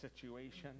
situation